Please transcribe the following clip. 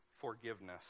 forgiveness